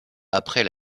après